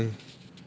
ya that's why